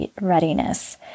readiness